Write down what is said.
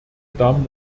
damen